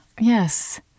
yes